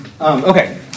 Okay